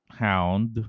hound